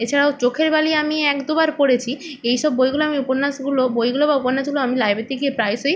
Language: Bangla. এছাড়াও চোখের বালি আমি এক দু বার পড়েছি এই সব বইগুলো আমি উপন্যাসগুলো বইগুলো বা উপন্যাসগুলো আমি লাইব্রেরিতে গিয়ে প্রায়শই